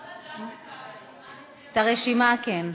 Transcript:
אפשר לדעת מה הרשימה, כן.